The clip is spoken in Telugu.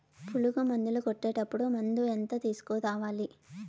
పులుగు మందులు కొట్టేటప్పుడు మందు ఎంత తీసుకురావాలి?